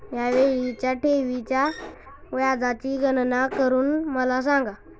या वेळीच्या ठेवीच्या व्याजाची गणना करून मला सांगा